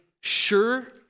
sure